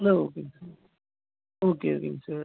இல்லை ஓகேங்க sir okay ஓகேங்க சார்